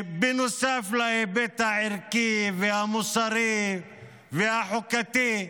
נוסף להיבט הערכי והמוסרי והחוקתי,